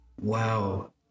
Wow